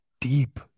deep